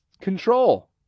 control